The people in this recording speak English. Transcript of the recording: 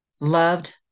loved